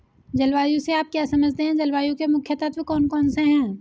जलवायु से आप क्या समझते हैं जलवायु के मुख्य तत्व कौन कौन से हैं?